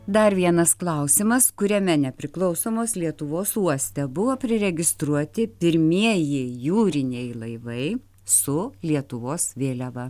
dar vienas klausimas kuriame nepriklausomos lietuvos uoste buvo priregistruoti pirmieji jūriniai laivai su lietuvos vėliava